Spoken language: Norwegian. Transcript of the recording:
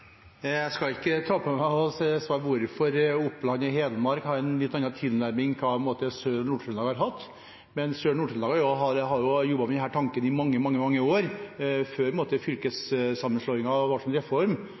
Jeg skal ikke ta på meg å svare på hvorfor Oppland og Hedmark har en litt annen tilnærming enn hva Sør- og Nord-Trøndelag har hatt. Men Sør- og Nord-Trøndelag har jobbet med denne tanken i mange, mange år – før fylkessammenslåingen ble en reform.